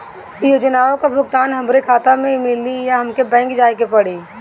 योजनाओ का भुगतान हमरे खाता में मिली या हमके बैंक जाये के पड़ी?